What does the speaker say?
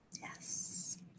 Yes